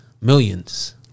millions